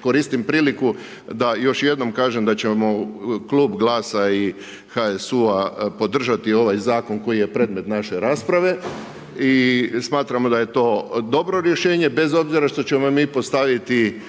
koristim priliku da još jednom kažem da će klub GLAS-a i HSU-a podržati ovaj zakon koji je predmet naše rasprave i smatramo da je to dobro rješenje, bez obzira što ćemo mi postaviti